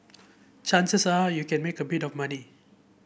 chances are you can make a bit of money